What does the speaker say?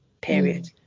period